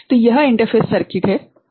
तो यह interface circuit है ठीक हैं